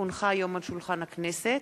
כי הונחה היום על שולחן הכנסת,